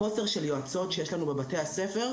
חוסר של היועצות שיש בבתי הספר,